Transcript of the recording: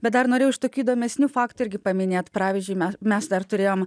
bet dar norėjau iš tokių įdomesnių faktų irgi paminėt pravyzdžiui me mes dar turėjom